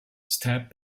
steppe